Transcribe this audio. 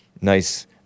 nice